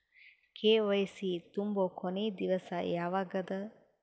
KYC ತುಂಬೊ ಕೊನಿ ದಿವಸ ಯಾವಗದ?